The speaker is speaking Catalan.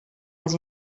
les